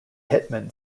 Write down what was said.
hitman